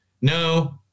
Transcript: No